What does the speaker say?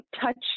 touch